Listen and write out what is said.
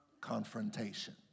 confrontation